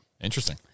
Interesting